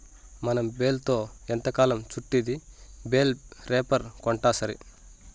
మనం బేల్తో ఎంతకాలం చుట్టిద్ది బేలే రేపర్ కొంటాసరి